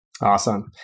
Awesome